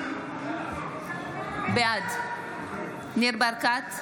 בעד ניר ברקת,